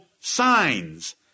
signs